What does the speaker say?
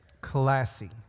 Classy